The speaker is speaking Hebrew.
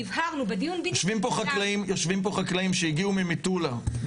יושבים פה חקלאים שהגיעו ממטולה כי